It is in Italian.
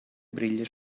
briglie